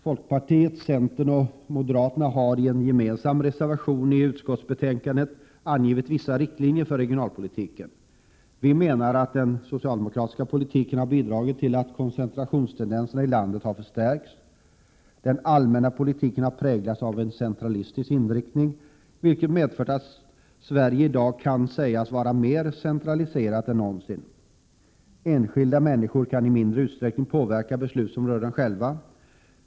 Folkpartiet, centern och moderaterna har i en gemensam reservation till arbetsmarknadsutskottets betänkande angivit vissa riktlinjer för regionalpolitiken. Vi menar att den socialdemokratiska politiken har bidragit till att koncentrationstendenserna i landet har förstärkts. Den allmänna politiken har präglats av en centralistisk inriktning, vilket medfört att Sverige i dag kan sägas vara mer centraliserat än någonsin. Enskilda människor kan i mindre utsträckning påverka beslut som rör dem själva.